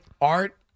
Art